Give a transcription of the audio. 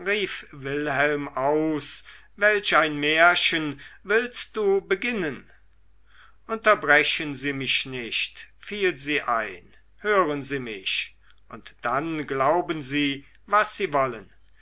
wilhelm aus welch ein märchen willst du beginnen unterbrechen sie mich nicht fiel sie ein hören sie mich und dann glauben sie was sie wollen